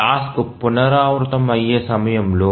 task పునరావృతమయ్యే సమయంలో